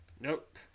Nope